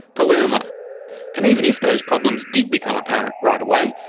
palermo and even if those problems did become apparent right away,